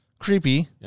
creepy